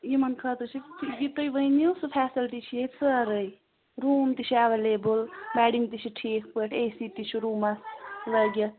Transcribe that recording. یِمَن خٲطرٕ چھِ یہِ تُہۍ ؤنِو سُہ فیسَلٹی چھِ ییٚتہِ سٲرٕے روٗم تہِ چھِ ایویلیبٕل بیڈِنٛگ تہِ چھِ ٹھیٖک پٲٹھۍ اے سی تہِ چھُ روٗمَس لٲگِتھ